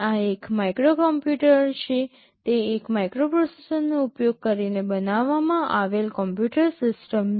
આ એક micro computer છે તે એક માઇક્રોપ્રોસેસરનો ઉપયોગ કરીને બનાવવામાં આવેલ કમ્પ્યુટર સિસ્ટમ છે